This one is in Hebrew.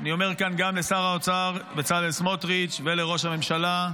אני אומר כאן גם לשר האוצר בצלאל סמוטריץ' ולראש הממשלה,